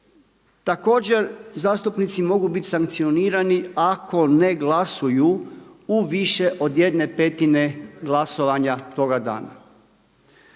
također zastupnici mogu biti sankcionirani ako ne glasuju u više od jedne petine glasovanja toga dana.